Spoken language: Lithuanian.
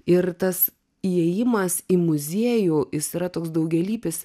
ir tas įėjimas į muziejų jis yra toks daugialypis